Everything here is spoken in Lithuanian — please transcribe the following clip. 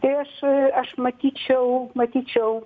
tai aš aš matyčiau matyčiau